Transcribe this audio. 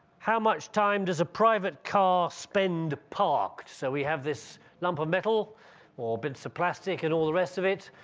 how much time does a private car spend parked? so we have this lump of metal or been some plastic, and all the rest of it